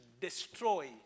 destroy